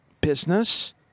business